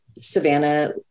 Savannah